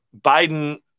Biden